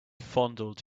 fondled